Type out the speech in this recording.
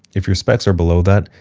if your specs are below that,